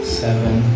seven